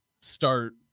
start